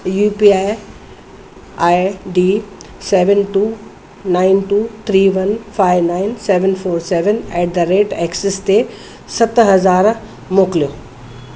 U P I I D seven two nine two three one five nine seven four seven at the rate axis ते सत हज़ार मोकिलियो